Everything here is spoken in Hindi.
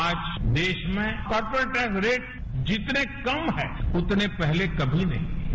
आज देश में कॉरपोरेट टैक्स रेट जितने कम हैं उतने पहले कभी नहीं थे